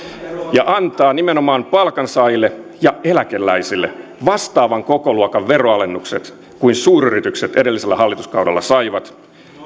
ja antaa nimenomaan palkansaajille ja eläkeläisille vastaavan kokoluokan veroalennukset kuin suuryritykset edellisellä hallituskaudella saivat